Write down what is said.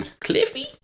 Cliffy